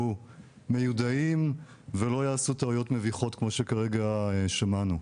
מיודעים ולא יעשו טעויות מביכות כמו שכרגע שמענו.